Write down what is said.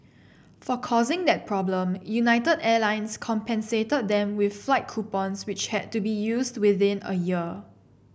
for causing that problem United Airlines compensated them with flight coupons which had to be used within a year